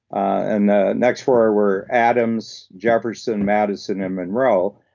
and the next four were adams, jefferson madison, and monroe.